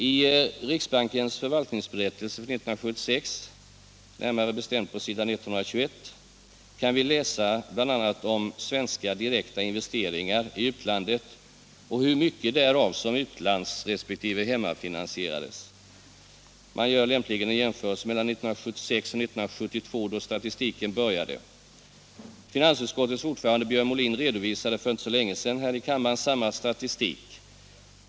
I riksbankens förvaltningsberättelse för 1976, närmare bestämt på s. 121, kan vi bl.a. läsa om svenska direkta investeringar i utlandet och hur mycket därav som utlands resp. hemmafinansierades. Man gör lämpligen en jämförelse mellan 1976 och 1972 då statistiken börjar. Finansutskottets ordförande, Björn Molin, redovisade här i kammaren för inte så länge sedan samma statistik.